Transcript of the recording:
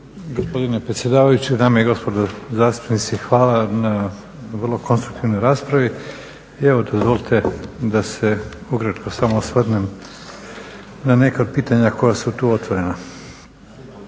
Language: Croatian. Gospodine predsjedavajući, dame i gospodo zastupnici, hvala na vrlo konstruktivnoj raspravi i evo dozvolite da se ukratko samo osvrnem na neka pitanja koja su tu otvorena.